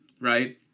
right